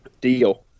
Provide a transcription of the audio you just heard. Deal